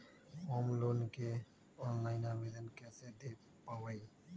Home loan के online आवेदन कैसे दें पवई?